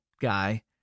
guy